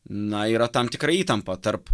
na yra tam tikra įtampa tarp